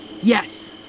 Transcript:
Yes